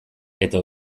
eta